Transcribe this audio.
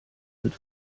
wird